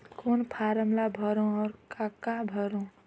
कौन फारम ला भरो और काका भरो?